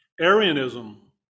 Arianism